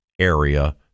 area